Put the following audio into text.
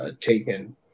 taken